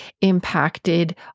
impacted